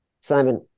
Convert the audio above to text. Simon